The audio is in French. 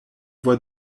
voix